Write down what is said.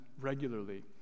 regularly